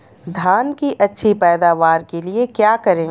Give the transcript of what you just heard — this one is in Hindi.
धान की अच्छी पैदावार के लिए क्या करें?